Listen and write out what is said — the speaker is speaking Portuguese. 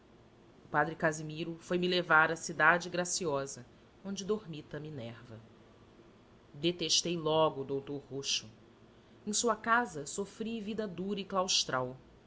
o padre casimiro foi-me levar à cidade graciosa onde dormita minerva detestei logo o doutor roxo em sua casa sofri vida dura e claustral